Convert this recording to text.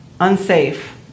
unsafe